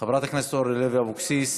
חברת הכנסת אורלי לוי אבקסיס,